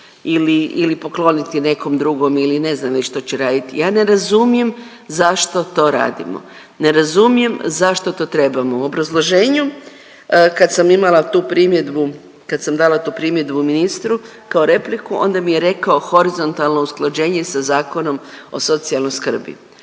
ili pokloniti nekom drugom ili ne znam već što će raditi, ja ne razumijem zašto to radimo, ne razumijem zašto to trebamo. U obrazloženju kad sam imala tu primjedbu, kad sam dala tu primjedbu ministru kao repliku onda mi je rekao horizontalno usklađenje sa Zakonom o socijalnoj skrbi.